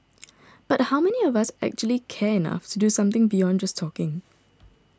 but how many of us actually care enough to do something beyond just talking